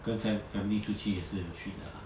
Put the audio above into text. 跟 fam~ family 出去也是有去的啦